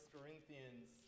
Corinthians